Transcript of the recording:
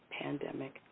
pandemic